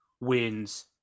wins